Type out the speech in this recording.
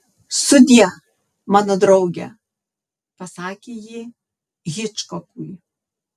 sudie mano drauge pasakė ji hičkokui